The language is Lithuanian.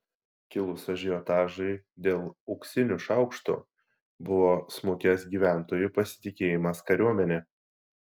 kilus ažiotažui dėl auksinių šaukštų buvo smukęs gyventojų pasitikėjimas kariuomene